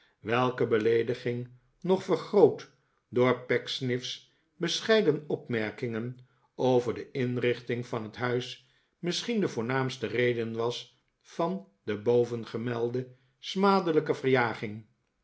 welke beleediging nog vergroot door pecksniff's bescheiden opmerkingen over de inrichting van het huis misschien de voornaamste reden was van de bovengemelde smadelijke verjaging